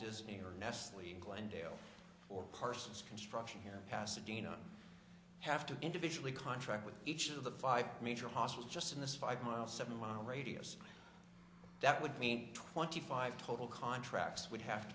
disney or nestle glendale or parsons construction here pasadena have to individually contract with each of the five major hospitals just in this five mile seven mile radius that would mean twenty five total contracts would have